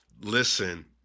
listen